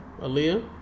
Aaliyah